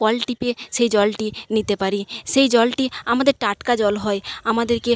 call টিপে সেই জলটি নিতে পারি সেই জলটি আমাদের টাটকা জল হয় আমাদেরকে